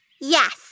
yes